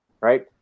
right